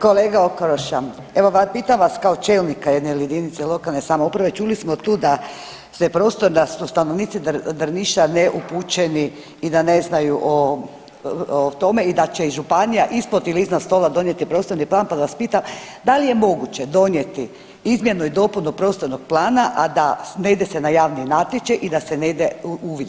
Kolega Okroša, evo pitam vas kao čelnika jedne jedinice lokalne samouprave, čuli smo tu da se prostor, da su stanovnici Drniša neupućeni i da ne znaju o tome i da će im županija ispod ili iznad stola donijeti prostorni plan, pa da vas pitam da li je moguće donijeti izmjenu i dopunu prostornog plana, a da ne ide se na javni natječaj i da se ne ide u uvid.